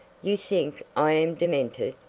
you think i am demented,